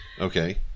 Okay